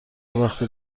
وقت